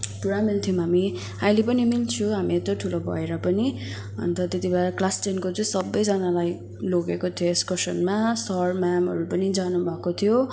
पुरा मिल्थ्यौँ हामी अहिले पनि मिल्छौँ हामी यत्रो ठुलो भएर पनि अन्त त्यति बेला क्लास टेनको चाहिँ सबैजनालाई लगेको थियो एक्सकर्सनमा सर म्यामहरू पनि जानुभएको थियो